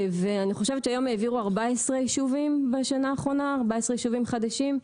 אני חושבת שהיום העבירו 14 יישובים בשנה האחרונה 14 יישובים חדשים.